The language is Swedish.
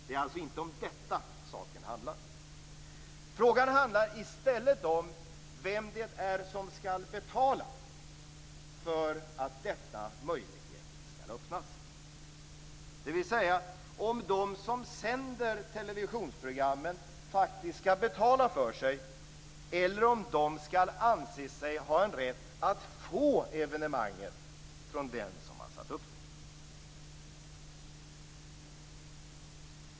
Det är alltså inte om detta saken handlar. Frågan handlar i stället om vem som skall betala för att dessa möjligheter skall öppnas, dvs. om de som sänder televisionsprogrammet faktiskt skall betala för sig eller om de skall anse sig ha en rätt att få evenemanget från den som har satt upp det.